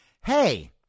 hey